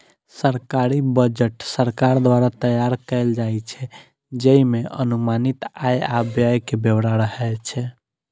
सरकारी बजट सरकार द्वारा तैयार कैल जाइ छै, जइमे अनुमानित आय आ व्यय के ब्यौरा रहै छै